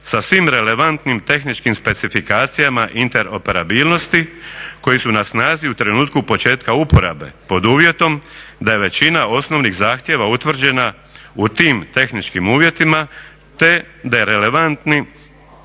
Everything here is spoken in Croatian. sa svim relevantnim tehničkim specifikacijama interoperabilnosti koji su na snazi u trenutku početka uporabe pod uvjetom da je većina osnovnih zahtjeva utvrđena u tim tehničkim uvjetima te da su relevantni